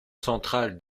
centrale